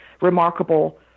remarkable